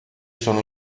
sono